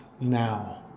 now